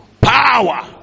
power